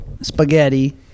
spaghetti